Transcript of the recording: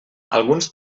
alguns